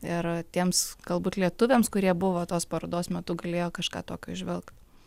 ir tiems galbūt lietuviams kurie buvo tos parodos metu galėjo kažką tokio įžvelgt